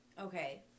okay